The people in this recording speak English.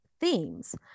themes